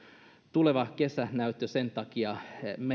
tuleva kesä näyttää sen takia